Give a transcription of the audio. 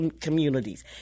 communities